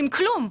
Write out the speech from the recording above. עם כלום.